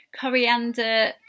Coriander